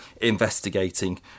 investigating